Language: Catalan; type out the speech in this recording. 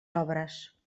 obres